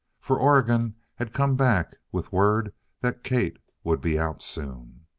for oregon had come back with word that kate would be out soon.